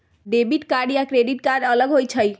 Debit card या credit card अलग होईछ ई?